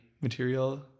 material